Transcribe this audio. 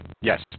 yes